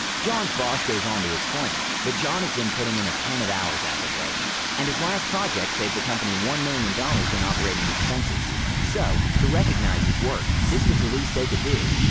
john's boss goes on to explain that john has been putting in a ton of hours as of late and his last project saved the company one million dollars in operating expenses so to recognize his work this was the least they could do.